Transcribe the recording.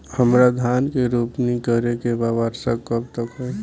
हमरा धान के रोपनी करे के बा वर्षा कब तक होई?